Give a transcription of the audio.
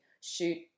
shoot